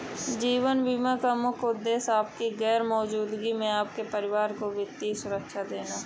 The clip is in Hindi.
जीवन बीमा का मुख्य उद्देश्य आपकी गैर मौजूदगी में आपके परिवार को वित्तीय सुरक्षा देना